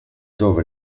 dove